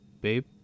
Babe